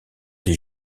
les